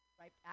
right